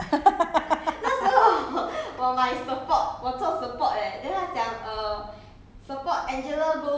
then 有人骂过你吗